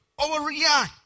overreact